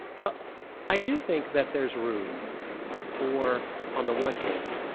well i do think that there's room for on the one hand,